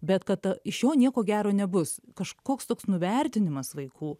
bet kad iš šio nieko gero nebus kažkoks toks nuvertinimas vaikų